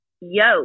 yo